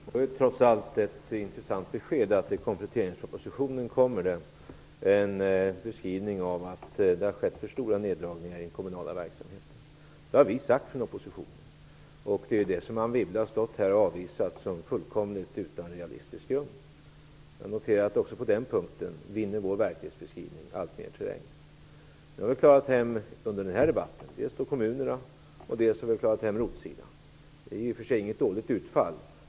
Herr talman! Det var trots allt ett intressant besked att det i kompletteringspropositionen kommer att beskrivas att det har skett för stora neddragningar i den kommunala verksamheten. Det har vi i oppositionen påpekat, men Anne Wibble har avvisat det och sagt att det fullkomligt saknar realistisk grund. Jag noterar att vår verklighetsbeskrivning också på den punkten vinner alltmer terräng. Under den här debatten har vi alltså tagit hem dels frågan om kommunerna, dels frågan om ROT. Det är inget dåligt utfall.